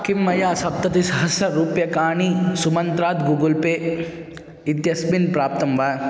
किं मया सप्ततिसहस्ररूप्यकाणि सुमन्त्रात् गूगुल् पे इत्यस्मिन् प्राप्तं वा